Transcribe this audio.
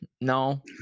no